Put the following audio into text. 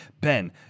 Ben